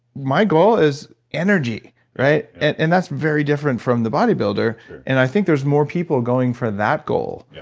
my goal is energy and and that's very different from the body builder and i think there is more people going for that goal, yeah